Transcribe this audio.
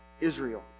Israel